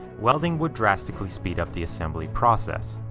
welding would drastically speed up the assembly process.